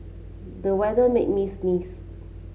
the weather made me sneeze